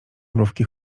mrówki